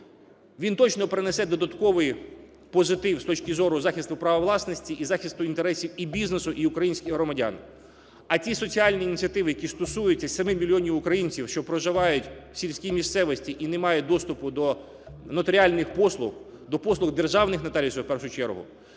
Він точно принесе додатковий позитив з точки зору захисту права власності і захисту інтересів і бізнесу і українських громадян. А ті соціальні ініціативи, які стосуються 7 мільйонів українців, що проживають в сільській місцевості і не мають доступу до нотаріальних послуг, до послуг державних нотаріусів в першу чергу,